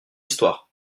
histoire